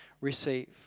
receive